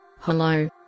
Hello